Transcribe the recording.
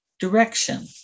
Direction